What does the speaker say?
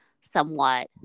somewhat